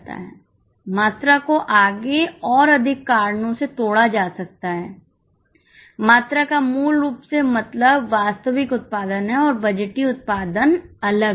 मात्रा को आगे और अधिक कारणों से तोड़ा जा सकता है मात्रा का मूल रूप से मतलब वास्तविक उत्पादन है और बजटीय उत्पादन अलग हैं